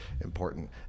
important